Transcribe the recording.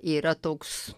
yra toks